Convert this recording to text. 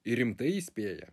ir rimtai įspėja